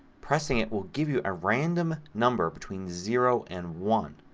pressing it will give you a random number between zero and one.